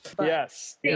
Yes